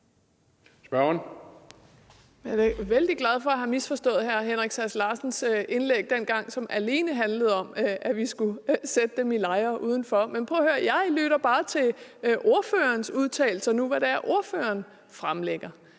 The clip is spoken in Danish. Jeg er da vældig glad for at have misforstået hr. Henrik Sass Larsens indlæg dengang, som alene handlede om, at vi skulle sætte dem i lejre uden for Europa. Men prøv at høre: Jeg lytter bare til ordførerens udtalelser nu, altså hvad det er, ordføreren fremlægger.